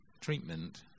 treatment